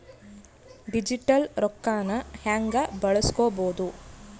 Digital ರೊಕ್ಕನ ಹ್ಯೆಂಗ ಬಳಸ್ಕೊಬೊದು?